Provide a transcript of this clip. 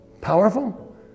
Powerful